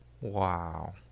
Wow